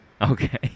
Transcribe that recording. Okay